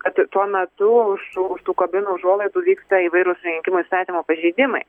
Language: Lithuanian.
kad tuo metu už už tų kabinų užuolaidų vyksta įvairūs rinkimų įstatymo pažeidimai